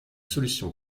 solutions